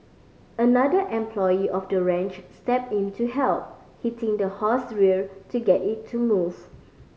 another employee of the ranch stepped into help hitting the horse rear to get it to move